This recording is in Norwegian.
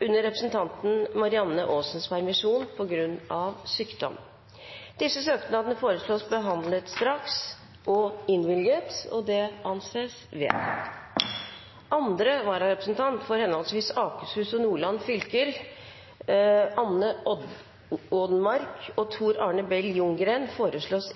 under representanten Marianne Aasens permisjon, på grunn av sykdom. Etter forslag fra presidenten ble enstemmig besluttet: Søknadene behandles straks og innvilges. Andre vararepresentant for henholdsvis Akershus og Nordland fylker, Anne Odenmarck og Tor Arne Bell Ljunggren,